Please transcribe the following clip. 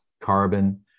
carbon